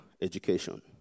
education